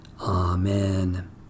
Amen